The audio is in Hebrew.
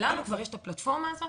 כשלנו כבר יש את הפלטפורמה הזאת,